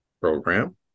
program